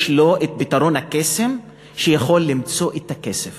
יש לו פתרון הקסם שיכול למצוא את הכסף